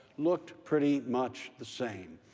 looked pretty much the same.